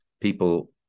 people